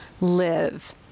live